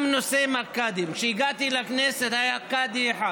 גם נושא הקאדים, כשהגעתי לכנסת היה קאדי אחד